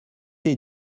est